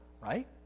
right